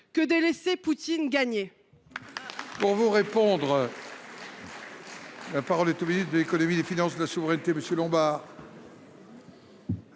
que de laisser Poutine gagner